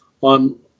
on